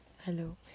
Hello